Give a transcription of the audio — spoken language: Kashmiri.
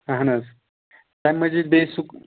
اَہن حظ تَمہِ مٔزیٖد بیٚیہِ سُک